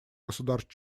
государств